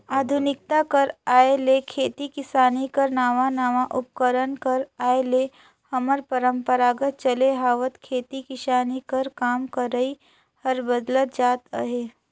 आधुनिकता कर आए ले खेती किसानी कर नावा नावा उपकरन कर आए ले हमर परपरागत चले आवत खेती किसानी कर काम करई हर बदलत जात अहे